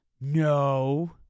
No